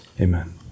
Amen